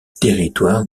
territoire